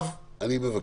אני מבקש.